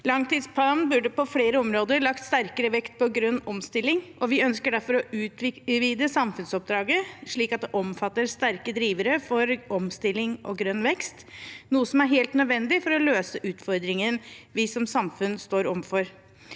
Langtidsplanen burde på flere områder lagt sterkere vekt på grønn omstilling, og vi ønsker derfor å utvide samfunnsoppdraget slik at det omfatter sterke drivere for omstilling og grønn vekst, noe som er helt nødvendig for å løse utfordringene vi som samfunn står overfor.